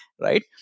right